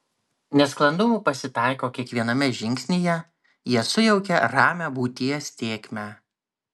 nesklandumų pasitaiko kiekviename žingsnyje jie sujaukia ramią būties tėkmę